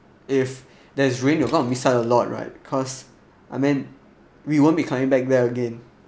if there's rain you kind of missed out a lot right cause I mean we won't be coming back there again